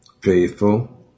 faithful